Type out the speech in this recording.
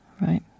right